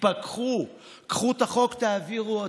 תתפקחו, קחו את החוק ותעבירו אתם.